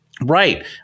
Right